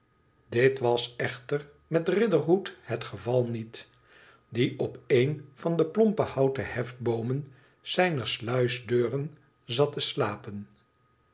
dit was echter met riderhood het geval niet die op een van de plompe houten hefboomen zijner sluisdeuren zat te slapen